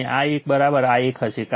અને આ એક આ એક હશે